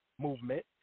Movement